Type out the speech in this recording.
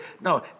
No